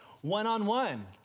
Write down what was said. One-on-one